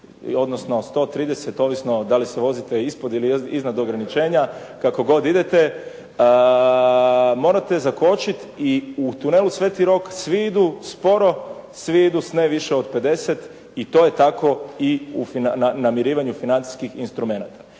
odnosno 130, ovisno da li se vozite ispod ili iznad ograničenja, kako god idete morate zakočiti i u tunelu Sv. Rok svi idu sporo svi idu s ne više od 50 i to je tako i na namirivanju financijskih instrumenata.